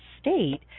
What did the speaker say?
state